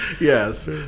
Yes